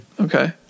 okay